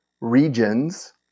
regions